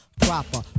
Proper